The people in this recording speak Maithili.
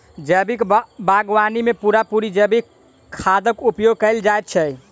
जैविक बागवानी मे पूरा पूरी जैविक खादक उपयोग कएल जाइत छै